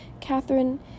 Catherine